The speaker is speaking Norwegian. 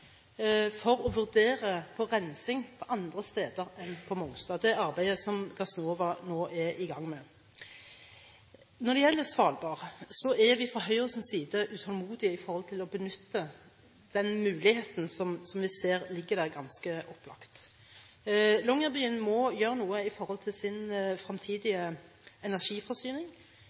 for å vurdere rensing på andre steder enn på Mongstad – det arbeidet som Gassnova nå er i gang med. Når det gjelder Svalbard, er vi fra Høyres side utålmodig etter å benytte den muligheten som vi ser ligger der ganske opplagt. Longyearbyen må gjøre noe med sin fremtidige energiforsyning.